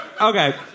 Okay